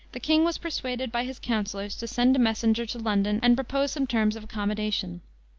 the king was persuaded by his counselors to send a messenger to london and propose some terms of accommodation.